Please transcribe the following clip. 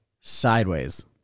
sideways